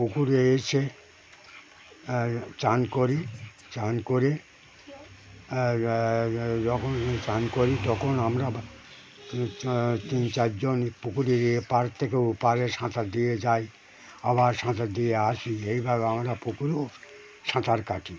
পুকুরে এসে চান করি চান করে যখন চান করি তখন আমরা তিন চারজন পুকুরের এপার থেকে ওপারে সাঁতার দিয়ে যাই আবার সাঁতার দিয়ে আসি এইভাবে আমরা পুকুরেও সাঁতার কাটি